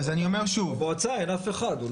במועצה אין אף אחת.